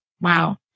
wow